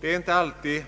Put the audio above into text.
Det är inte alltid